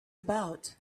about